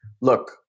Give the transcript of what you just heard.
Look